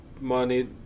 money